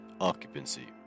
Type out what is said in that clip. occupancy